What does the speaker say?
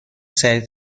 سریع